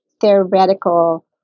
theoretical